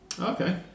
Okay